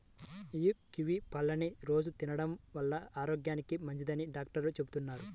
యీ కివీ పళ్ళని రోజూ తినడం వల్ల ఆరోగ్యానికి మంచిదని డాక్టర్లు చెబుతున్నారు